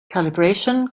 calibration